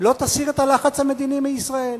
לא תסיר את הלחץ המדיני מישראל,